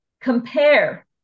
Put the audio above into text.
compare